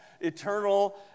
eternal